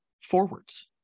forwards